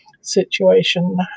situation